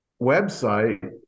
website